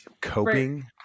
coping